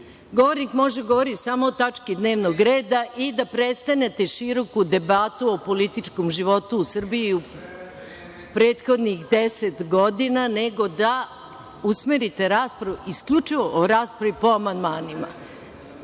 govornik može da govori samo o tački dnevnog reda i da prestanete široku debatu o političkom životu u Srbiji prethodnih deset godina, nego da usmerite raspravu isključivo o raspravi po amandmanima